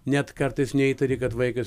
net kartais neįtari kad vaikas